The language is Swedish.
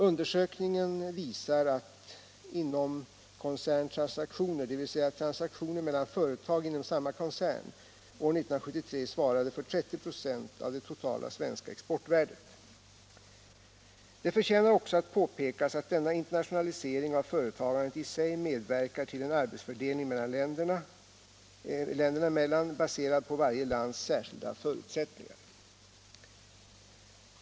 Undersökningen visar att inomkoncerntransaktioner, dvs. transaktioner mellan företag inom samma koncern, år 1973 svarade för 30 96 av det totala svenska exportvärdet. Det förtjänar också att påpekas att denna internationalisering av företagandet i sig medverkar till en arbetsfördelning länderna emellan baserad på varje lands särskilda förutsättningar.